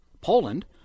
Poland